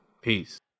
Peace